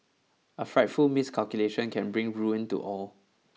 a frightful miscalculation can bring ruin to all